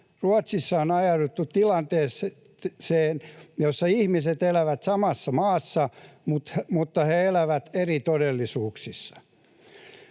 Ruotsissa on ajauduttu tilanteeseen, jossa ihmiset elävät samassa maassa, mutta he elävät eri todellisuuksissa.